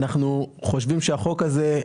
אנחנו חושבים שהחוק הזה --- בסדר,